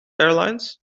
airlines